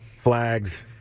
flags